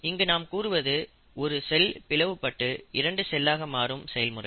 இங்கு நாம் கூறுவது ஒரு செல் பிளவுபட்டு இரண்டு செல்லாக மாறும் செயல்முறை